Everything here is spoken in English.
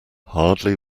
hardly